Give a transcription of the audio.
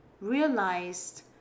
realized